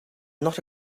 not